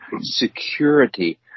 security